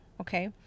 okay